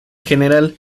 general